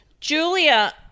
Julia